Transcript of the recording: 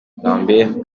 lambert